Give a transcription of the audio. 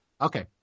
Okay